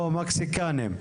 או מקסיקניים.